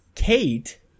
Kate